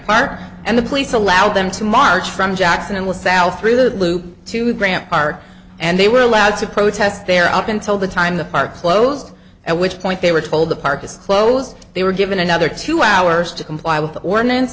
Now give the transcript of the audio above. park and the police allowed them to march from jackson and with sal through the loop to grant park and they were allowed to protest there up until the time the park closed at which point they were told the park is closed they were given another two hours to comply with the ordinance